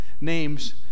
names